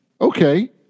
Okay